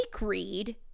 read